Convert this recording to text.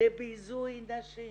לביזוי נשים,